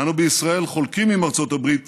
אנו בישראל חולקים עם ארצות הברית